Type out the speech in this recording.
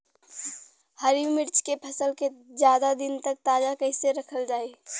हरि मिर्च के फसल के ज्यादा दिन तक ताजा कइसे रखल जाई?